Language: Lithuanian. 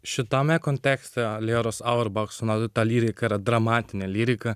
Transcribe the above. šitame kontekste saliero sau ar baksnojo tą lyriką dramatinę lyriką